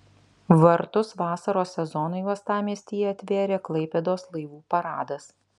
vartus vasaros sezonui uostamiestyje atvėrė klaipėdos laivų paradas